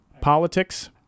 politics